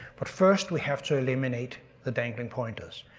but first we have to eliminate the dangling pointers.